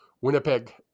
Winnipeg